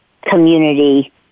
community